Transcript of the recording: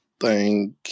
Thank